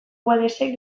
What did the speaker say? guedesek